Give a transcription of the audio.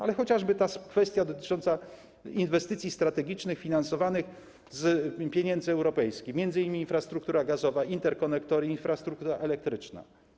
Ale chociażby ta kwestia dotycząca inwestycji strategicznych finansowanych z pieniędzy europejskich, m.in. infrastruktury gazowej, interkonektora, infrastruktury elektrycznej.